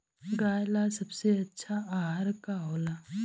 गाय ला सबसे अच्छा आहार का होला?